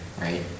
right